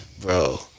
Bro